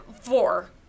four